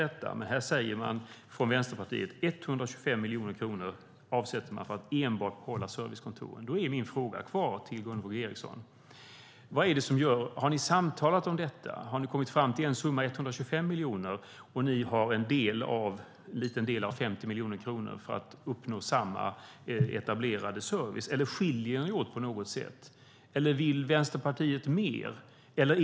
Nu säger Vänsterpartiet att man avsätter 125 miljoner kronor enbart för att behålla servicekontoren. Då kvarstår mina frågor till Gunvor G Ericson: Har ni samtalat om detta? Har ni kommit fram till summan 125 miljoner? Har ni en liten del, 50 miljoner, för att uppnå samma etablerade service? Skiljer ni er åt på något sätt? Vill Vänsterpartiet mer?